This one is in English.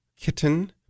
Kitten